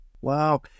Wow